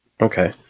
Okay